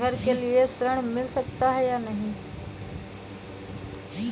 घर के लिए ऋण मिल सकता है या नहीं?